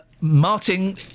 Martin